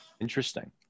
interesting